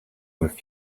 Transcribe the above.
with